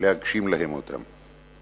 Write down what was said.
להגשים להם אותה.